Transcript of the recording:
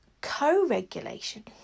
co-regulation